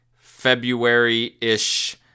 February-ish